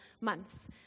months